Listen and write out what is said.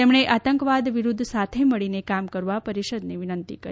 તેમણે આતંકવાદ વિરૂદ્ધ સાથે મળીને કામ કરવા પરિષદને વિનંતી કરી